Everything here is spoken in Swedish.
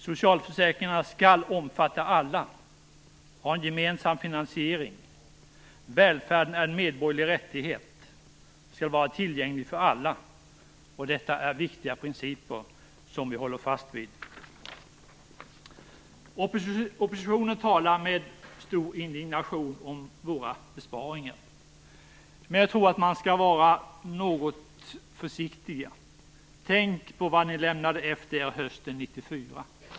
Socialförsäkringarna skall omfatta alla och ha en gemensam finansiering. Välfärden är en medborgerlig rättighet och skall vara tillgänglig för alla. Detta är viktiga principer som vi håller fast vid. Oppositionen talar med stor indignation om våra besparingar, men jag tror att de skall vara något försiktiga. Tänk på vad ni lämnade efter er hösten 1994!